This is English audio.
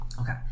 Okay